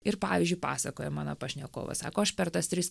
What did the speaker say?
ir pavyzdžiui pasakojo mano pašnekovas sako aš per tas tris